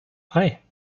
hei